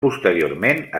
posteriorment